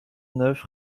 neuf